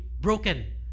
Broken